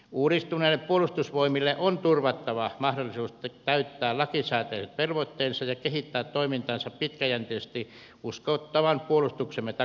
uudistuneille puolustusvoimille on turvattava mahdollisuus täyttää lakisääteiset velvoitteensa ja kehittää toimintaansa pitkäjänteisesti uskottavan puolustuksemme takaamiseksi